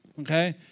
Okay